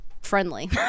friendly